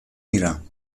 میرم